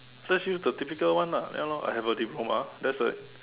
just use the typical one lah ya lor I have a diploma that's it